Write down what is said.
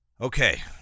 Okay